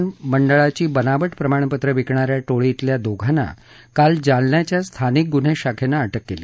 राज्य तंत्रशिक्षण मंडळाची बनावट प्रमाणपत्रं विकणाऱ्या टोळीतल्या दोघांना काल जालन्याच्या स्थानिक गुन्हे शाखेनं अटक केली